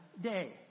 day